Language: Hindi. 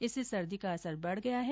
इससे सर्दी का असर बढ़ गया है